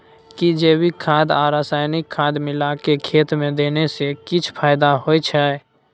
कि जैविक खाद आ रसायनिक खाद मिलाके खेत मे देने से किछ फायदा होय छै?